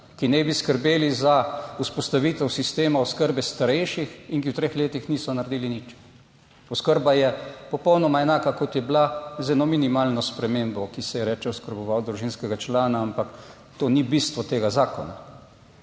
ki naj bi skrbeli za vzpostavitev sistema oskrbe starejših in ki v treh letih niso naredili nič. Oskrba je popolnoma enaka, kot je bila z eno minimalno spremembo, ki se ji reče oskrboval družinskega člana, ampak to ni bistvo tega zakona.